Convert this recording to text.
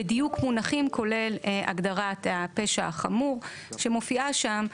ודיוק מונחים כולל הגדרת הפשע החמור שמופיע שם.